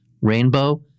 Rainbow